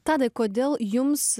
tadai kodėl jums